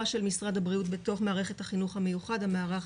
של משרד הבריאות בתוך המערכת החינוך המיוחד המערך